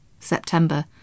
September